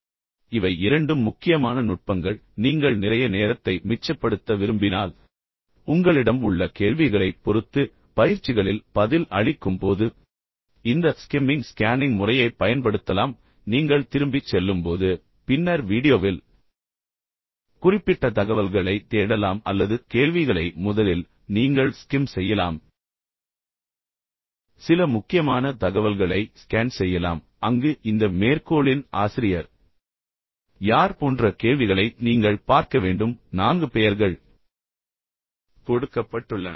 எனவே இவை இரண்டும் முக்கியமான நுட்பங்கள் குறிப்பாக நீங்கள் நிறைய நேரத்தை மிச்சப்படுத்த விரும்பினால் உங்களிடம் உள்ள கேள்விகளைப் பொறுத்து பயிற்சிகளில் பதில் அளிக்கும் போது இந்த ஸ்கிம்மிங் ஸ்கேனிங் முறையைப் பயன்படுத்தலாம் நீங்கள் திரும்பிச் செல்லும்போது பின்னர் வீடியோவில் குறிப்பிட்ட தகவல்களை தேடலாம் அல்லது கேள்விகளை முதலில் நீங்கள் ஸ்கிம் செய்யலாம் பின்னர் சில முக்கியமான தகவல்களை ஸ்கேன் செய்யலாம் அங்கு இந்த மேற்கோளின் ஆசிரியர் யார் போன்ற கேள்விகளை நீங்கள் பார்க்க வேண்டும் நான்கு பெயர்கள் கொடுக்கப்பட்டுள்ளன